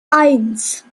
eins